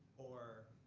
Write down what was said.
or,